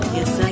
Yes